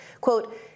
quote